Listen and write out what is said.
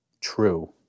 True